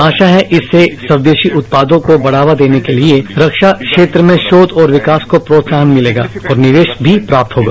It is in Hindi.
आशा है इससे स्व देशी उत्पादों को बढ़ावा देने के लिए रक्षा क्षेत्र में शोध और विकास को प्रोत्साहन मिलेगा और निवेश भी प्राप्तभ होगा